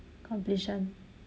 completion